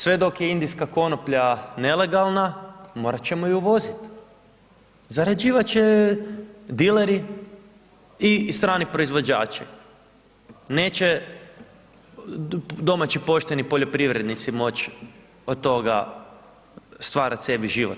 Sve dok je indijska konoplja nelegalna morat ćemo ju uvoziti, zarađivat će dileri i strani proizvođači, neće domaći pošteni poljoprivrednici moći od toga stvarati sebi život.